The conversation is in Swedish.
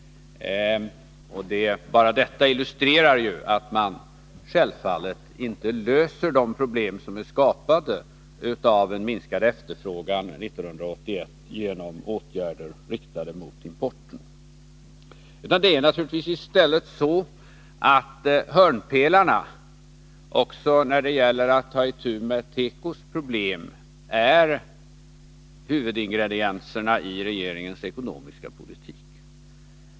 Bara detta illustrerar ju att man självfallet inte löser de problem som är skapade av en minskad efterfrågan 1981 genom åtgärder riktade mot importen. Hörnpelarna också när det gäller att ta itu med tekos problem är naturligtvis i stället huvudingredienserna i regeringens ekonomiska politik.